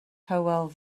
hywel